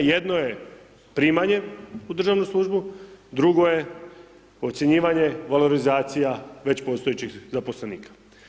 Jedno je primanje u državnu službu, drugo je ocjenjivanje, valorizacija već postojećih zaposlenika.